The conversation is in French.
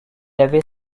avait